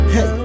Hey